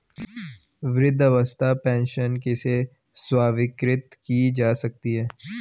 वृद्धावस्था पेंशन किसे स्वीकृत की जा सकती है?